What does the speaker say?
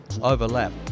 overlap